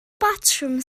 batrwm